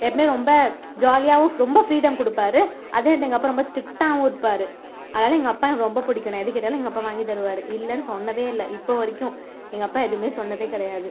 எப்பைமே ரொம்ப ஜாலியாகவும் ரொம்ப ஃப்ரீடம் கொடுப்பார் அதே எங்கள் அப்பா ரொம்ப ஸ்ட்ரிக்ட் ஆகவும் இருப்பார் அதனால் எங்கள் அப்பாவை எனக்கு ரொம்ப பிடிக்கும் நான் எது கேட்டாலும் எங்கள் அப்பா வாங்கி தருவார் இல்லைன்னு சொன்னதே இல்லை இப்போது வரைக்கும் எங்கள் அப்பா எதுவுமே சொன்னதே கிடையாது